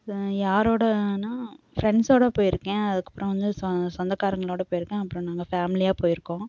யாரோடன்னா ஃப்ரெண்ட்ஸோடு போய்ருக்கேன் அதுக்குப்புறம் வந்து சொந்தக்காரங்களோடு போய்ருக்கேன் அப்புறம் நாங்கள் ஃபேமிலியாக போய்ருக்கோம்